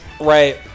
Right